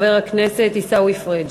חבר הכנסת עיסאווי פריג'.